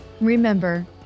Remember